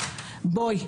בואי,